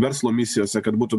verslo misijose kad būtų